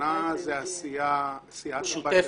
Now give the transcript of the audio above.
שמונה זה הסיעה המשותפת,